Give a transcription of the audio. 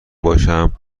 باشم